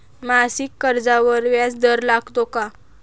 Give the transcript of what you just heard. मासिक कर्जावर व्याज दर लागतो का?